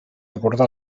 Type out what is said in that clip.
abordar